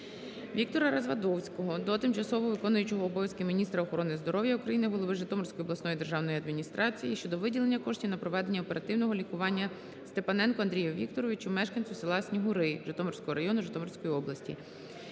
Віктора Развадовського до тимчасово виконуючої обов'язки міністра охорони здоров'я України, голови Житомирської обласної державної адміністрації щодо виділення коштів на проведення оперативного лікування Степаненку Андрію Вікторовичу, мешканцю села Снігури, Житомирського району, Житомирської області.